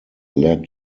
led